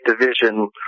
division